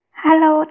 Hello